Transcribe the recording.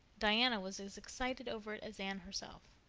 diana was as excited over it as anne herself.